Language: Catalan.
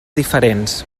diferents